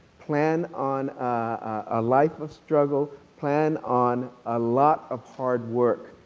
plan on a life of struggles. plan on a lot of hard work.